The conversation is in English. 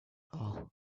all